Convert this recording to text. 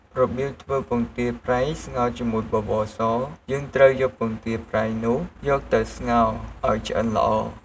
របៀបធ្វើពងទាប្រៃស្ងោរជាមួយបបរស យើងត្រូវយកពងទាប្រៃនោះ យកទៅស្ងោរឱ្យឆ្អិនល្អ។